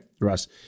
russ